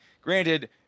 granted